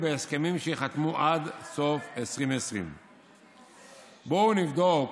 בהסכמים שייחתמו עד סוף 2020. בואו נבדוק,